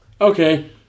okay